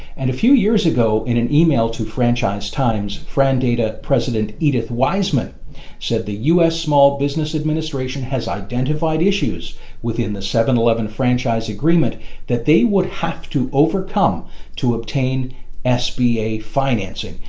and a few years ago in an email to franchise times, frandata president edith wiseman said the u s. small business administration has identified issues within the seven eleven franchise agreement that they would have to overcome to obtain sba financing,